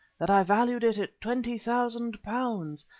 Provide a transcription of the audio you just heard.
that i valued it at twenty thousand pounds,